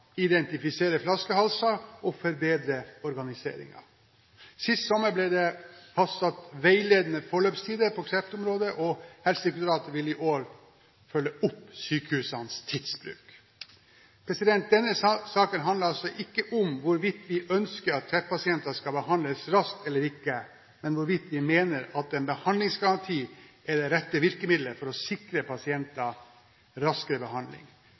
identifisere flaskehalser og forbedre organiseringen. Sist sommer ble det fastsatt veiledende forløpstider på kreftområdet, og Helsedirektoratet vil i år følge opp sykehusenes tidsbruk. Denne saken handler altså ikke om hvorvidt vi ønsker at kreftpasienter skal behandles raskt eller ikke, men hvorvidt vi mener at en behandlingsgaranti er det rette virkemiddelet for å sikre pasienter raskere behandling.